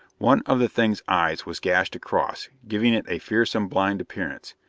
one of the thing's eyes was gashed across, giving it a fearsome, blind appearance.